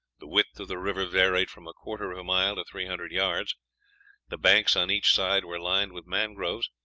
the width of the river varied from a quarter of a mile to three hundred yards the banks on each side were lined with mangroves,